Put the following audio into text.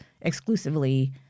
exclusively